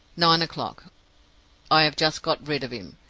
nine o'clock i have just got rid of him.